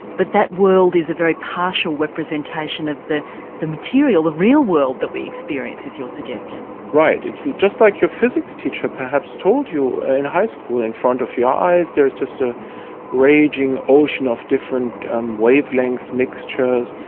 but that world is a very partial representation of the the material, the real world that we experience, is your suggestion. right, it's just like your physics teacher perhaps told you in high school, in front of your eyes there is just a raging ocean of different um wavelength mixtures,